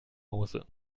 hause